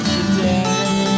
Today